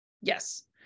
Yes